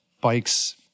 bikes